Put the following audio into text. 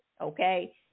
okay